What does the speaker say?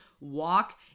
walk